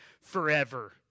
forever